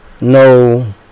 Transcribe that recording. No